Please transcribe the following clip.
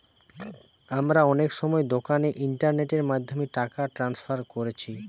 আমরা অনেক সময় দোকানে ইন্টারনেটের মাধ্যমে টাকা ট্রান্সফার কোরছি